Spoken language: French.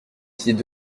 pieds